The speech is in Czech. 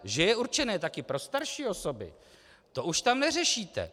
Že je určené taky pro starší osoby, to už tam neřešíte.